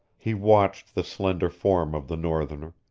he watched the slender form of the northerner,